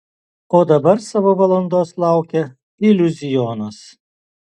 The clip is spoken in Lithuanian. o dabar savo valandos laukia iliuzionas